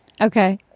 Okay